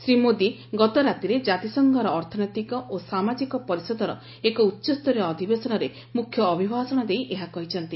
ଶ୍ରୀ ମୋଦୀ ଗତ ରାତିରେ ଜାତିସଂଘର ଅର୍ଥନୈତିକ ଓ ସାମାଜିକ ପରିଷଦର ଏକ ଉଚ୍ଚସ୍ତରୀୟ ଅଧିବେଶନରେ ମୁଖ୍ୟ ଅଭିଭାଷଣ ଦେଇ ଏହା କହିଛନ୍ତି